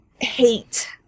hate